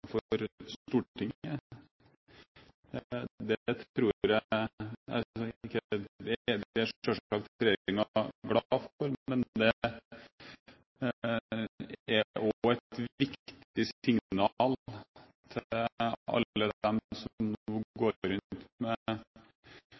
Stortinget. Det er selvsagt regjeringen glad for, men det er også et viktig signal til alle dem som nå